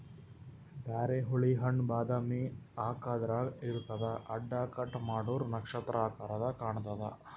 ಧಾರೆಹುಳಿ ಹಣ್ಣ್ ಬಾದಾಮಿ ಆಕಾರ್ದಾಗ್ ಇರ್ತದ್ ಅಡ್ಡ ಕಟ್ ಮಾಡೂರ್ ನಕ್ಷತ್ರ ಆಕರದಾಗ್ ಕಾಣತದ್